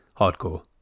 hardcore